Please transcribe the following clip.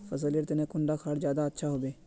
फसल लेर तने कुंडा खाद ज्यादा अच्छा सोबे?